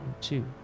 two